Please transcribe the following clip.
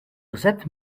recept